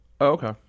okay